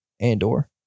Andor